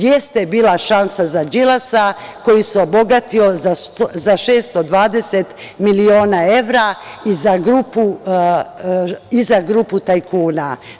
Jeste bila šansa za Đilasa koji se obogatio za 620 miliona evra i za grupu tajkuna.